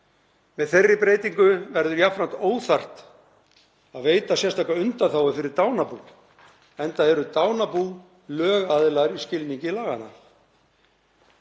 Með þeirri breytingu verður jafnframt óþarft að veita sérstaka undanþágu fyrir dánarbú, enda eru dánarbú lögaðilar í skilningi laganna.